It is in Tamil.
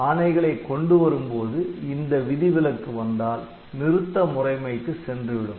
ஆணைகளை கொண்டு வரும்போது இந்த விதிவிலக்கு வந்தால் நிறுத்த முறைமைக்கு சென்று விடும்